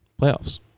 Playoffs